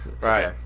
Right